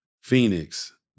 Phoenix